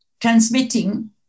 transmitting